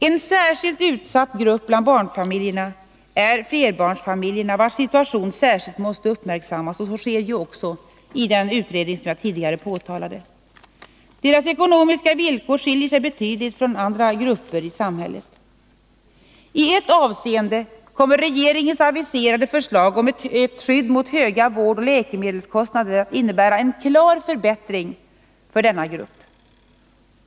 En särskilt utsatt grupp bland barnfamiljerna är flerbarnsfamiljerna, vilkas situation särskilt måste uppmärksammas. Så sker också i den utredning jag tidigare nämnde. Deras ekonomiska villkor skiljer sig betydligt från andra gruppers i samhället. I ett avseende kommer regeringens aviserade förslag om ett skydd mot höga vårdoch läkemedelskostnader att innebära en klar förbättring för denna grupp.